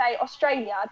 Australia